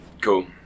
Cool